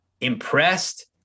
impressed